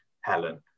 Helen